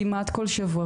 כמעט כל שבוע,